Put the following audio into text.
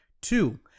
Two